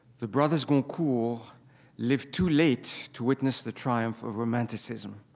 the brothers goncourt lived too late to witness the triumph of romanticism.